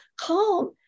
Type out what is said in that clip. calm